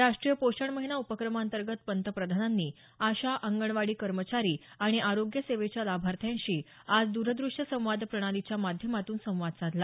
राष्ट्रीय पोषण महिना उपक्रमाअंतर्गत पंतप्रधानांनी आशा अंगणवाडी कर्मचारी आणि आरोग्य सेवेच्या लाभार्थ्यांशी आज द्रद्रश्य संवाद प्रणालीच्या माध्यमातून संवाद साधला